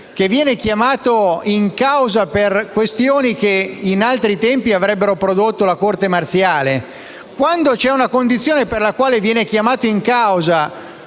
che viene chiamato in causa per questioni che in altri tempi avrebbero prodotto l'interevento della Corte marziale, quando c'è una condizione per la quale viene chiamato in causa